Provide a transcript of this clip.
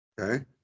Okay